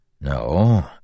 No